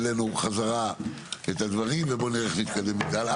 העלינו חזרה את הדברים ובוא נראה איך נתקדם מכאן.